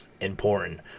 important